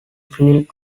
filled